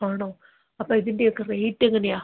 ആണോ അപ്പം ഇതിൻ്റെയൊക്ക റേറ്റെങ്ങനെയാണ്